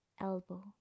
elbow